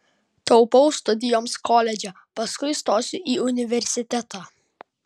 taupau studijoms koledže paskui stosiu į universitetą